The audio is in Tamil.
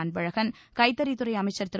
அன்பழகன் கைத்தறித் துறை அமைச்சர் திரு